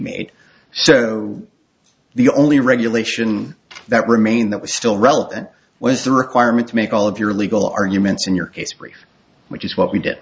made so the only regulation that remained that was still relevant was the requirement to make all of your legal arguments in your case brief which is what we did